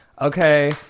Okay